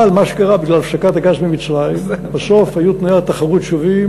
אבל מה שקרה הוא שבגלל הפסקת הגז ממצרים בסוף היו תנאי התחרות שווים,